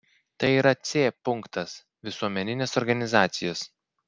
tai yra c punktas visuomeninės organizacijos